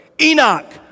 Enoch